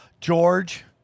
George